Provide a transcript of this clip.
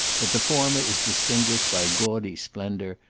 but the former is distinguished by gaudy splendour,